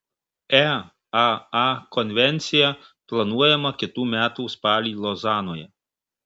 eaa konvencija planuojama kitų metų spalį lozanoje